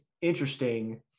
interesting